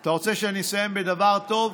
אתה רוצה שאני אסיים בדבר טוב?